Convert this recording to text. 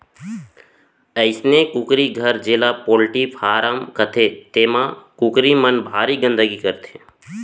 अइसने कुकरी घर जेला पोल्टी फारम कथें तेमा कुकरी मन भारी गंदगी करथे